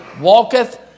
Walketh